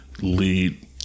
lead